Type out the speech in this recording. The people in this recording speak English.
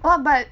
!wah! but